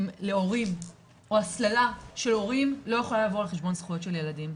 להורים או הסללה של הורים לא יכולה לבוא על חשבון זכויות של ילדים.